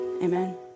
Amen